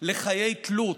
לחיי תלות,